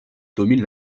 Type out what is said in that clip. domine